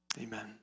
Amen